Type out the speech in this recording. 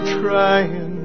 trying